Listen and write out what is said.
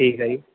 ਠੀਕ ਹੈ ਜੀ